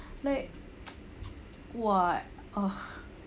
like what ugh